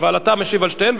אבל אתה משיב על שתיהן,